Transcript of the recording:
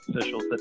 officials